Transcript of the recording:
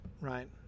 right